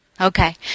Okay